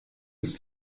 ist